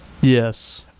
Yes